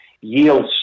yields